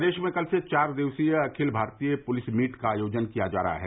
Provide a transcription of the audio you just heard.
प्रदेश में कल से चार दिवसीय अखिल भारतीय पुलिस मीट का आयोजन किया जा रहा है